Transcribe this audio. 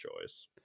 choice